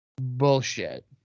Bullshit